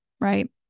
right